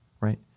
right